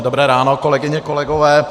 Dobré ráno, kolegyně, kolegové.